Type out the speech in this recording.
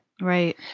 Right